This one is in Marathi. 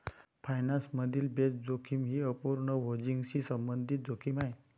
फायनान्स मधील बेस जोखीम ही अपूर्ण हेजिंगशी संबंधित जोखीम आहे